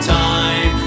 time